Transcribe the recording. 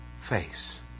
face